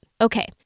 Okay